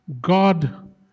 God